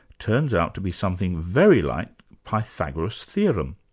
turns out to be something very like pythagoras' theorem.